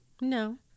No